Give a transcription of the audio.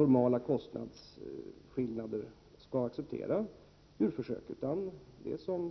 normala kostnadsskillnader skall djurförsök inte accepteras.